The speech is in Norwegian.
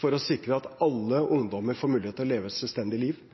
for å sikre at alle ungdommer får mulighet til å leve et selvstendig liv